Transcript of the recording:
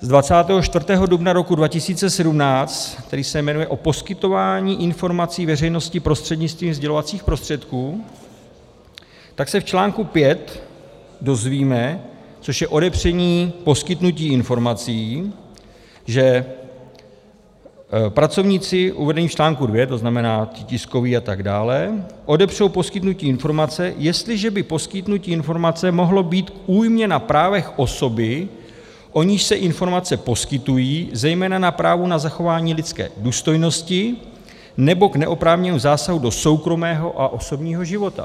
z 24. dubna roku 2017, který se jmenuje o poskytování informací veřejnosti prostřednictvím sdělovacích prostředků, tak se v článku pět dozvíme, což je odepření poskytnutí informací, že pracovníci uvedení v článku dvě, to znamená tiskoví a tak dále, odepřou poskytnutí informace, jestliže by poskytnutí informace mohlo být k újmě na právech osoby, o níž se informace poskytují, zejména na právu na zachování lidské důstojnosti, nebo k neoprávněnému zásahu do soukromého a osobního života.